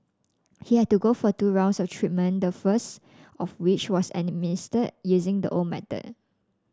he had to go for two rounds of treatment the first of which was administer using the old method